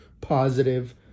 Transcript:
positive